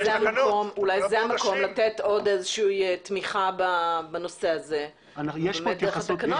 אולי זה המקום לתת עוד איזושהי תמיכה בנושא הזה דרך התקנות,